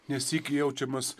nesyk jaučiamas